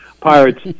Pirates